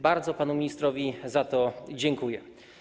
Bardzo panu ministrowi za to dziękuję.